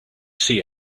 see